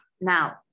now